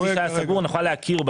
רגע, רגע.